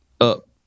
up